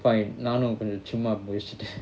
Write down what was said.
fine நானும்சும்மாபேசிட்டேன்:naanum summa pesitten